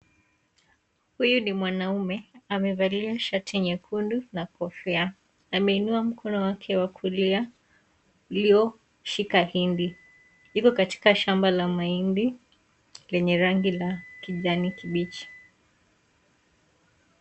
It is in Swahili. Huyu ni mwanaume , amevalia shati nyekundu na kofia . Ameinua mkono wake wa kulia , ulio shika hindi. Yuko katika shamba la mahindi lenye rangi ya kijani kibichi.